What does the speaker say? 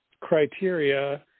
criteria